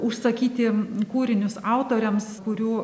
užsakyti kūrinius autoriams kurių